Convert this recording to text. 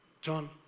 John